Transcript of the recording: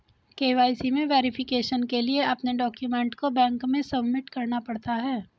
KYC में verification के लिए अपने डाक्यूमेंट को बैंक में सबमिट करना पड़ता है